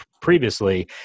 previously